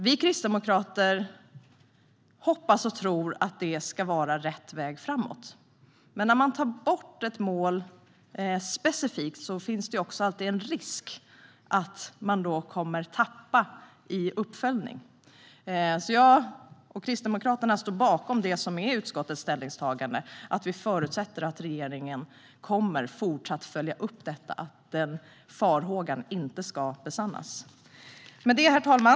Vi kristdemokrater hoppas och tror att det ska vara rätt väg framåt. Men när man tar bort ett mål finns det alltid en risk att man tappar i uppföljning. Jag och Kristdemokraterna står bakom det som är utskottets ställningstagande. Vi förutsätter att regeringen kommer att följa upp detta, så att den här farhågan inte ska besannas. Herr talman!